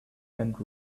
and